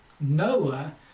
Noah